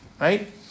Right